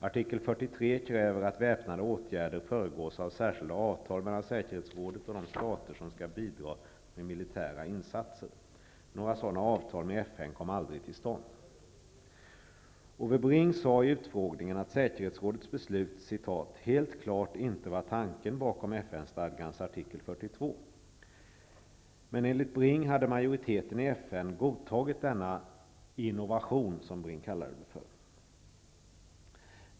Artikel 43 kräver att väpnade åtgärder föregås av särskilda avtal mellan säkerhetsrådet och de stater som skall bidra med militära insatser. Några sådana avtal med FN kom aldrig till stånd. Ove Bring sade i utfrågningen att säkerhetsrådets beslut ''helt klart inte var tanken bakom FN stadgans artikel 42''. Men enligt Bring hade majoriteten i FN godtagit denna ''innovation''.